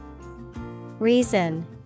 Reason